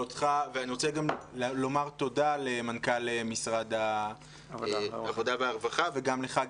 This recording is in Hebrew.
אני רוצה גם לומר תודה למנכ"ל משרד העבודה והרווחה וגם לך,